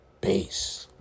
Peace